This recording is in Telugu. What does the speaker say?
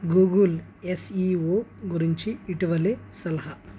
గూగుల్ ఎస్ఈఓ గురించి ఇటీవలె సలహా